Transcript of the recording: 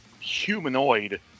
humanoid